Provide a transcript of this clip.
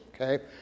okay